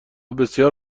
بسیار